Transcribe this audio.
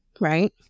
right